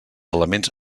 elements